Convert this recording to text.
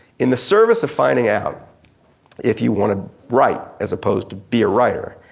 in the service of finding out if you want to write as opposed to be a writer,